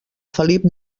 felip